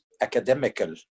academical